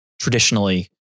traditionally